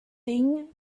thing